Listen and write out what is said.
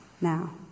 Now